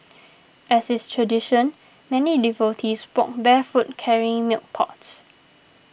as is tradition many devotees walked barefoot carrying milk pots